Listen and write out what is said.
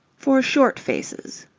for short faces.